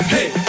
Hey